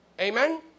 Amen